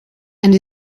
and